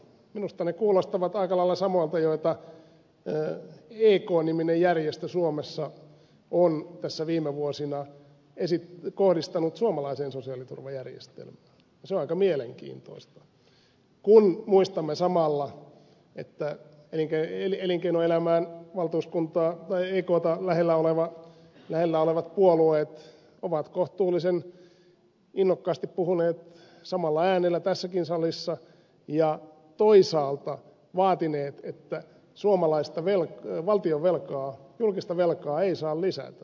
minusta ne kuulostavat aika lailla samoilta joita ek niminen järjestö suomessa on tässä viime vuosina kohdistanut suomalaiseen sosiaaliturvajärjestelmään ja se on aika mielenkiintoista kun muistamme samalla että elinkeinoelämän valtuuskuntaa tai ekta lähellä olevat puolueet ovat kohtuullisen innokkaasti puhuneet samalla äänellä tässäkin salissa ja toisaalta vaatineet että suomalaista valtionvelkaa julkista velkaa ei saa lisätä